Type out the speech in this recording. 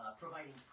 providing